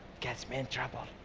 gets me in trouble.